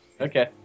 okay